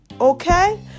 okay